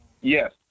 yes